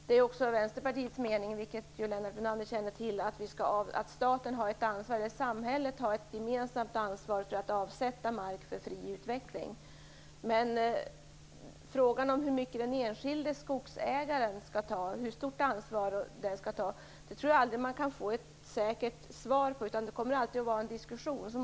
Det är också Vänsterpartiets mening, som Lennart Brunander känner till, att samhället har ett gemensamt ansvar för att avsätta mark för fri utveckling. Men frågan om hur stort ansvar den enskilde skogsägaren skall ta kan man nog aldrig få ett säkert svar på, utan det kommer alltid att vara en diskussion.